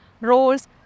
roles